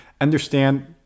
understand